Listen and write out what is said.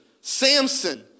Samson